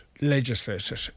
legislated